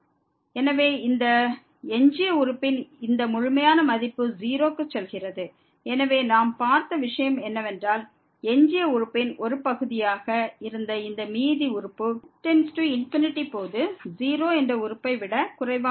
எனவே இந்த எஞ்சிய உறுப்பின் இந்த முழுமையான மதிப்பு 0 க்கு செல்கிறது எனவே நாம் பார்த்த விஷயம் என்னவென்றால் எஞ்சிய உறுப்பின் ஒரு பகுதியாக இருந்த இந்த மீதி உறுப்பு n→∞ போது 0 என்ற உறுப்பை விட குறைவாக உள்ளது